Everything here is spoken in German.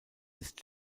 ist